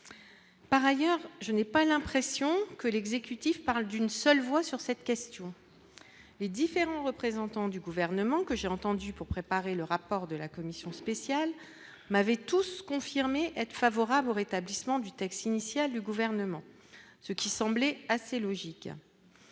par ailleurs, je n'ai pas l'impression que l'exécutif parlent d'une seule voix sur cette question, les différents représentants du gouvernement, que j'ai entendu pour préparer le rapport de la commission spéciale m'avait tous se confirmer être favorable au rétablissement du texte initial du gouvernement, ce qui semblait assez logique,